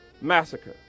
massacre